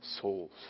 souls